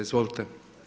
Izvolite.